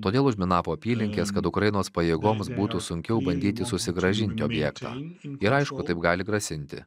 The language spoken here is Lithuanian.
todėl užminavo apylinkes kad ukrainos pajėgoms būtų sunkiau bandyti susigrąžinti objektą ir aišku taip gali grasinti